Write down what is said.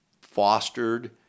fostered